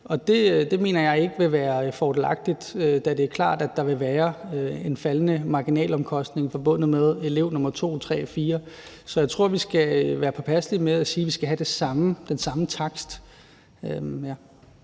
Det mener jeg ikke vil være fordelagtigt, da det er klart, at der vil være en faldende marginalomkostning forbundet med elev nr. 2, 3 og 4. Så jeg tror, vi skal være påpasselige med at sige, at vi skal have den samme takst.